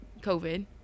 COVID